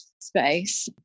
space